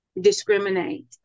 discriminate